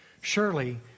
surely